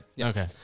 Okay